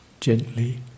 gently